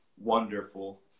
wonderful